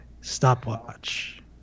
stopwatch